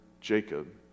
Jacob